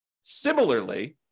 Similarly